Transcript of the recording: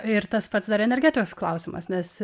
ir tas pats dar energetikos klausimas nes